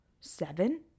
Seven